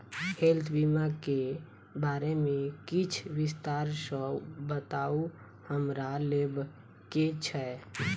Health बीमा केँ बारे किछ विस्तार सऽ बताउ हमरा लेबऽ केँ छयः?